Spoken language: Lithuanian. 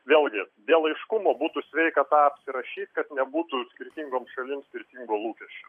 vėlgi dėl aiškumo būtų sveika tą apsirašyt kad nebūtų skirtingoms šalims skirtingo lūkesčio